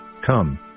come